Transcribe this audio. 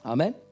Amen